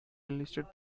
enlisted